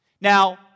Now